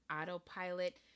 autopilot